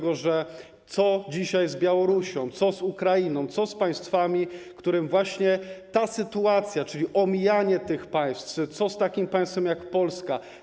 Bo co dzisiaj z Białorusią, co z Ukrainą, co z państwami, których dotyczy ta sytuacja, czyli omijanie tych państw, co z takim państwem jak Polska?